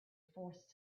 forced